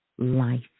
life